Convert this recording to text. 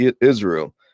Israel